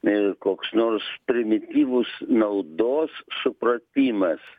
ir koks nors primityvus naudos supratimas